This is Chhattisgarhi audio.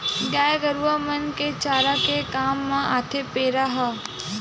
गाय गरुवा मन के चारा के काम म आथे पेरा ह